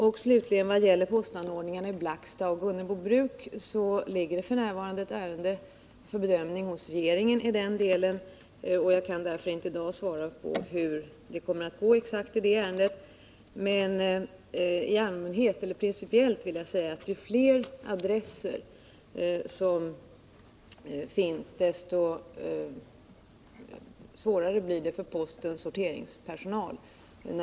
Vad slutligen beträffar postanordningarna i Blackstad och Gunnebobruk ligger det f. n. ett ärende för bedömning hos regeringen i den delen, och jag kan därför inte i dag svara exakt hur det kommer att gå i det ärendet. Principiellt vill jag dock säga att ju fler adresser som finns, desto svårare blir det för postens sorteringspersonal.